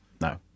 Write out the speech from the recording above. no